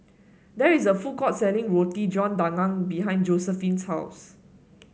there is a food court selling Roti John Daging behind Josephine's house